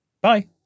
Bye